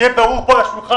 שיהיה ברור פה על השולחן,